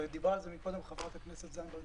ודיברה על זה מקודם חברת הכנסת זנדברג,